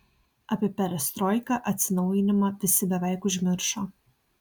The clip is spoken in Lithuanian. apie perestroiką atsinaujinimą visi beveik užmiršo